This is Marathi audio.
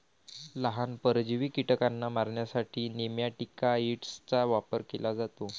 लहान, परजीवी कीटकांना मारण्यासाठी नेमॅटिकाइड्सचा वापर केला जातो